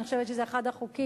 אני חושבת שזה אחד החוקים